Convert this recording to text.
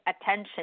attention